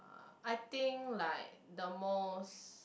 I think like the most